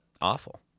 awful